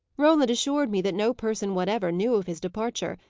roland assured me that no person whatever knew of his departure,